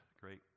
great